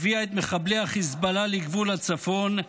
הביאה את מחבלי חיזבאללה לגבול הצפון,